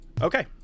Okay